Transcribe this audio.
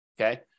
okay